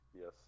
Yes